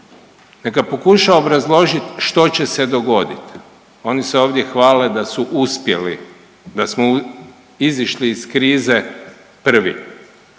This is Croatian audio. neka pokuša obrazložit što će se dogodit, oni se ovdje hvale da su uspjeli, da smo izišli iz krize prvi.